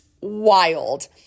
wild